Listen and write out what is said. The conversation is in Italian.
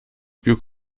più